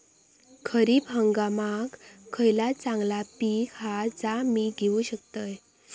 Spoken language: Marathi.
खरीप हंगामाक खयला चांगला पीक हा जा मी घेऊ शकतय?